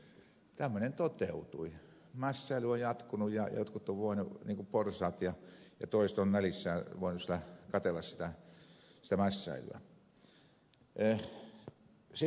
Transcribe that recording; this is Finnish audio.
mässäily on jatkunut jotkut ovat voineet niin kuin porsaat ja toiset ovat nälissään voineet katsella sitä mässäilyä